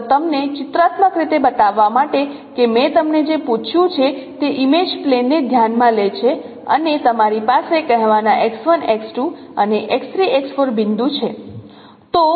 ફક્ત તમને ચિત્રાત્મક રીતે બતાવવા માટે કે મેં તમને જે પૂછ્યું છે તે ઇમેજ પ્લેનને ધ્યાનમાં લે છે અને તમારી પાસે કહેવાના અને બિંદુ છે